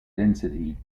density